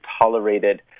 tolerated